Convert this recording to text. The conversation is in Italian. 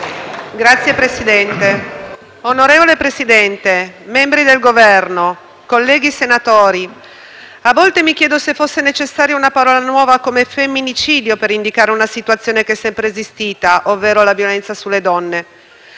*(L-SP-PSd'Az)*. Onorevole Presidente, membri del Governo, colleghi senatori, a volte mi chiedo se fosse necessaria una parola nuova come femminicidio per indicare una situazione che è sempre esistita, ovvero la violenza sulle donne.